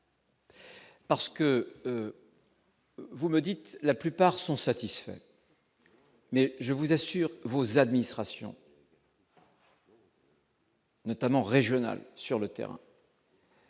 Parce que. Vous me dites, la plupart sont satisfaits. Mais je vous assure, vos administrations. Notamment régionales sur le terrain.